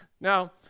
Now